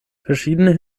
verschiedenen